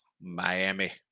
Miami